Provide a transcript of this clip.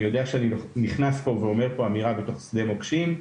אני יודע שאני נכנס פה ואומר פה אמירה בתוך שדה מוקשים,